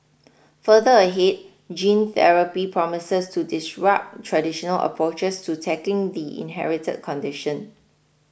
further ahead gene therapy promises to disrupt traditional approaches to tackling the inherited condition